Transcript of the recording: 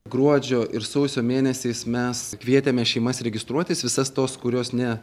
gruodžio ir sausio mėnesiais mes kvietėme šeimas registruotis visas tos kurios ne